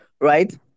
right